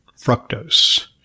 fructose